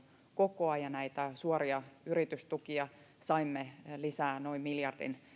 kokoa ja näitä suoria yritystukia saimme lisää noin miljardin